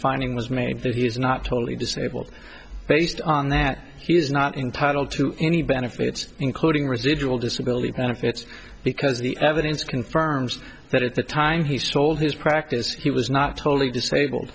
finding was made that he was not totally disabled based on that he's not entitled to any benefits including residual disability benefits because the evidence confirms that at the time he sold his practice he was not totally disabled